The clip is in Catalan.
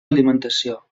alimentació